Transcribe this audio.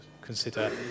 consider